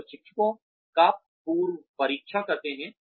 हम प्रशिक्षुओं का पूर्वपरीक्षण करते हैं